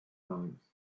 times